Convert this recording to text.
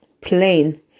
plain